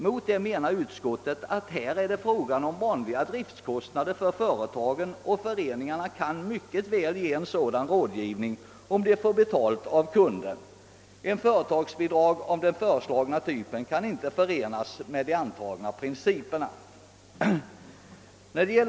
Mot detta menar utskottet att det är fråga om vanliga driftkostnader för företagen, och föreningarna kan mycket väl ge en sådan rådgivning, som de får betalt av kunden för. Ett företagsbidrag av föreslagen typ kan inte förenas med de antagna principerna.